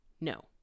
No